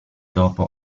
dopo